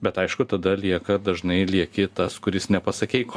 bet aišku tada lieka dažnai lieki tas kuris nepasakei ko